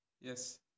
Yes